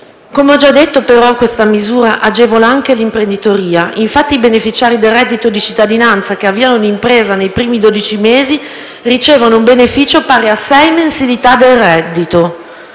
Come ho già detto, però, questa misura agevola anche l'imprenditoria. I beneficiari del reddito di cittadinanza che avviano un'impresa nei premi dodici mesi, infatti, ricevono un beneficio pari a sei mensilità del reddito.